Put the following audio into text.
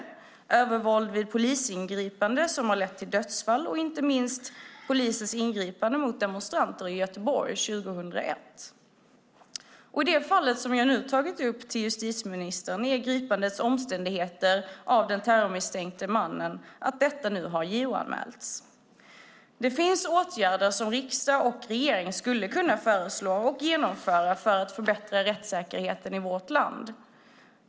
Det handlar om övervåld vid polisingripande som har lett till dödsfall, och inte minst polisens ingripande mot demonstranter i Göteborg 2001. I det fall jag nu tagit upp i en interpellation till justitieministern är omständigheterna vid gripandet av den terrormisstänkte mannen sådana att detta nu har JO-anmälts. Det finns åtgärder som riksdag och regering skulle kunna föreslå och genomföra för att förbättra rättssäkerheten i vårt land.